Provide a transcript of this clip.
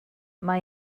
mae